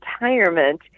retirement